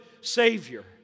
Savior